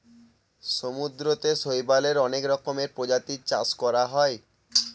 সমুদ্রতে শৈবালের অনেক রকমের প্রজাতির চাষ করা হয়